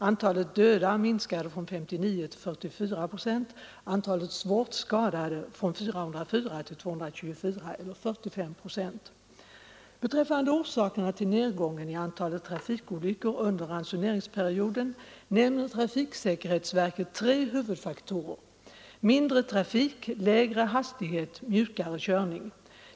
Antalet dödade minskade från 59 till 44 procent, antalet svårt skadade från 404 till 224, eller med 45 procent. Beträffande orsakerna till nedgången i antalet trafikolyckor under ransoneringsperioden nämner trafiksäkerhetsverket tre huvudfaktorer: mindre trafik, lägre hastighet och mjukare körning.